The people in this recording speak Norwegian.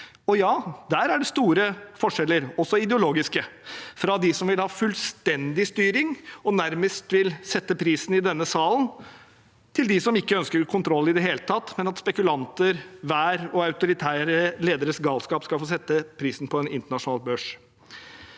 i? Ja, der er det store forskjeller, også ideologiske – fra de som vil ha fullstendig styring og nærmest vil sette prisen i denne salen, til de som ikke ønsker kontroll i det hele tatt, men at spekulanter, vær og autoritære lederes galskap skal få sette prisen på en internasjonal børs.